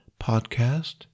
podcast